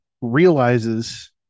realizes